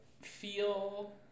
feel